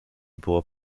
było